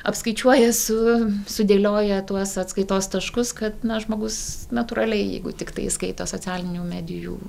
apskaičiuoja su sudėlioja tuos atskaitos taškus kad na žmogus natūraliai jeigu tiktai skaito socialinių medijų